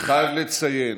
אני חייב לציין,